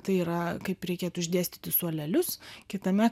tai yra kaip reikėtų išdėstyti suolelius kitame